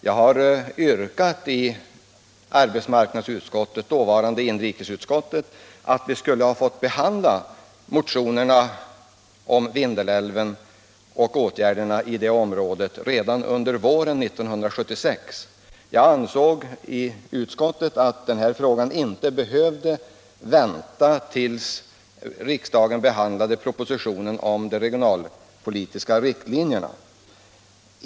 Jag har i arbetsmarknadsutskottet, det dåvarande inrikesutskottet, yrkat att vi skulle behandla motionerna om Vindelälven och åtgärderna i det området redan under våren 1976. Jag ansåg i utskottet att den här frågan inte behövde vänta tills riksdagen behandlade propositionen om de regionalpolitiska riktlinjerna.